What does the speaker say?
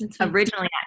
originally